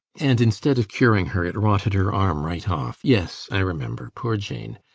and instead of curing her, it rotted her arm right off. yes i remember. poor jane!